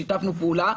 שיתפנו פעולה.